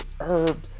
herb